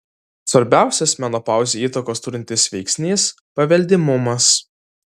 svarbiausias menopauzei įtakos turintis veiksnys paveldimumas